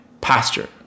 pasture